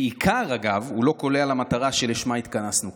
בעיקר, אגב, הוא לא קולע למטרה שלשמה התכנסנו.